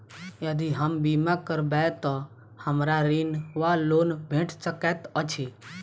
यदि हम बीमा करबै तऽ हमरा ऋण वा लोन भेट सकैत अछि?